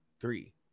three